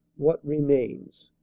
what remains?